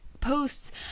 posts